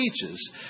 teaches